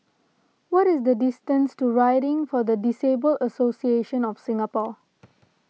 what is the distance to Riding for the Disabled Association of Singapore